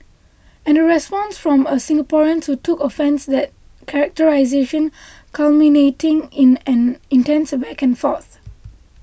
and a response from a Singaporean to took offence that characterisation culminating in an intense back and forth